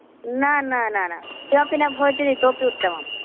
न न न न किमपि न भवति चेत् इतोऽपि उत्तमम्